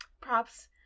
props